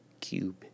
Cube